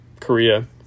Korea